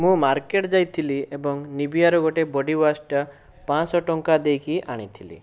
ମୁଁ ମାର୍କେଟ ଯାଇଥିଲି ଏବଂ ନିବିଆର ଗୋଟିଏ ବୋଡିୱାସ ଟା ପାଞ୍ଚ ଶହ ଟଙ୍କା ଦେଇକି ଆଣିଥିଲି